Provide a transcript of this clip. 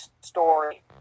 story